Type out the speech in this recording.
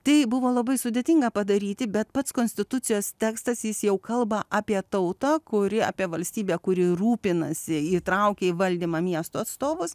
tai buvo labai sudėtinga padaryti bet pats konstitucijos tekstas jis jau kalba apie tautą kuri apie valstybę kuri rūpinasi įtraukia į valdymą miesto atstovus